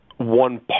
one